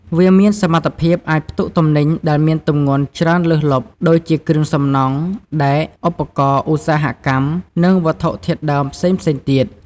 វាមានសមត្ថភាពអាចផ្ទុកទំនិញដែលមានទម្ងន់ច្រើនលើសលប់ដូចជាគ្រឿងសំណង់ ដែក ឧបករណ៍ឧស្សាហកម្ម និងវត្ថុធាតុដើមផ្សេងៗទៀត។